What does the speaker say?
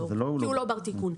כי הוא לא בר תיקון.